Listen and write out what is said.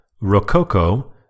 Rococo